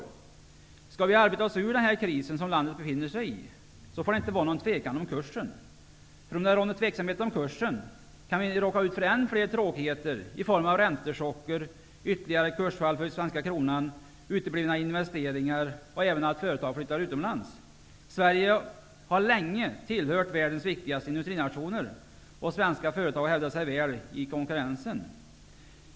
Om vi skall arbeta oss ur den kris som landet befinner sig i, får det inte vara någon tvekan om kursen. Om det råder tveksamhet om kursen, kan vi råka ut för ännu fler tråkigheter, i form av räntechocker, ytterligare kursfall för svenska kronan, uteblivna investeringar och att företag flyttar utomlands. Sverige har länge tillhört världens viktigaste industrinationer, och svenska företag har hävdat sig väl i konkurrensen.